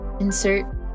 insert